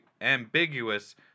ambiguous